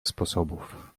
sposobów